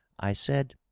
i said,